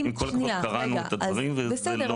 אז עם כל הכבוד, קראנו את הדברים וזה לא מספק.